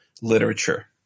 literature